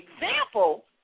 example